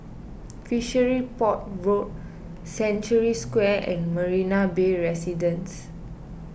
Fishery Port Road Century Square and Marina Bay Residences